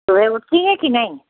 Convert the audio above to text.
सुबह उठती हैं कि नहीं